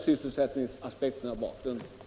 Sysselsättningsaspekterna finns alltid i bakgrunden.